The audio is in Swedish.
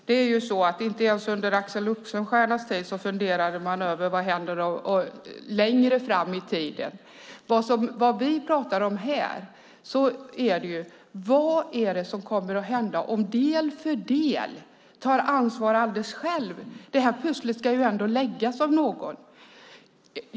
Fru talman! Inte ens under Axel Oxenstiernas tid funderade man över vad som skulle hända längre fram i tiden. Vad vi pratar om här är vad som kommer att hända om del för del tar ansvar alldeles själva. Det här pusslet ska ju ändå läggas av någon.